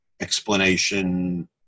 explanation